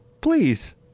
please